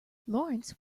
lawrence